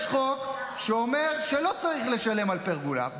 יש חוק שאומר שלא צריך לשלם על פרגולה.